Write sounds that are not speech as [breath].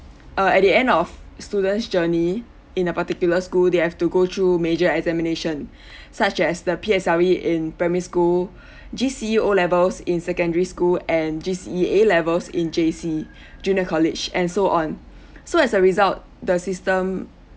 uh at the end of students' journey in a particular school they have to go through major examination [breath] such as the P_S_L_E in primary school [breath] G_C_E O levels in secondary school and G_C_E A levels in J_C [breath] junior college and so on [breath] so as a result the system